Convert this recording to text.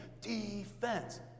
defense